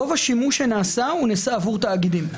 רוב השימוש נעשה עבור תאגידים.